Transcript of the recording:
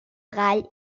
gall